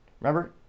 Remember